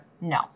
No